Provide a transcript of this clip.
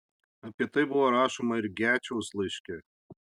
apie tai buvo rašoma ir gečiaus laiške